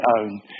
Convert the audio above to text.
own